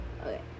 Okay